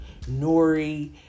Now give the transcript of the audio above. Nori